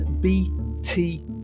bt